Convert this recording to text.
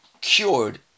cured